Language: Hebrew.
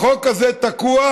החוק הזה תקוע,